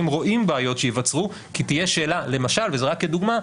רואים בעיות שייווצרו כי תהיה שאלה למשל וזה רק כדוגמה,